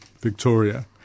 Victoria